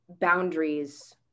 boundaries